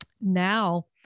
now